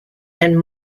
and